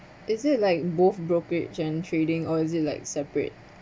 is it like both brokerage and trading or is it like separate